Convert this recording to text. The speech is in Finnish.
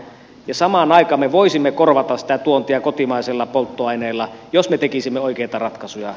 ja samaan aikaan me voisimme korvata sitä tuontia kotimaisella polttoaineella jos me tekisimme oikeita ratkaisuja